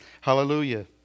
Hallelujah